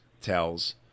tells